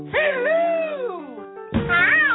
Hello